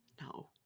no